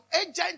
agent